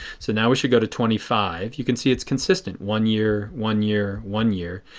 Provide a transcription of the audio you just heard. so now we should go to twenty five. you can see it is consistent. one year. one year. one year.